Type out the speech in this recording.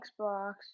Xbox